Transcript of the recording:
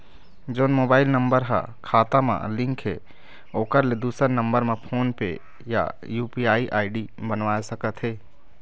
जोन mobile number हा खाता मा लिन्क हे ओकर ले दुसर नंबर मा फोन पे या यू.पी.आई आई.डी बनवाए सका थे?